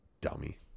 Dummy